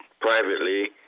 privately